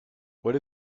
what